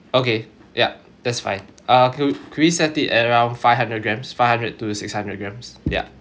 okay yup that's fine uh can we can we set it at around five hundred grams five hundred to six hundred grams yup